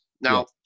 Now